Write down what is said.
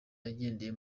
agendeye